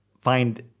find